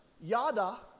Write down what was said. yada